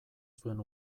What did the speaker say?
zuen